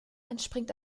entspringt